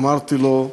אמרתי לו: